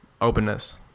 openness